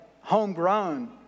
homegrown